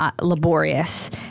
laborious